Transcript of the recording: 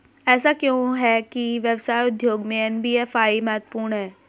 ऐसा क्यों है कि व्यवसाय उद्योग में एन.बी.एफ.आई महत्वपूर्ण है?